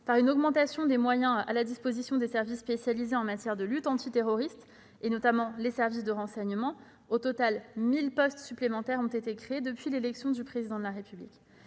par une augmentation des moyens mis à la disposition des services spécialisés en matière de lutte antiterroriste, notamment les services de renseignement. Au total, 1 000 postes supplémentaires ont été créés depuis l'élection du Président de la République.